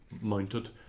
mounted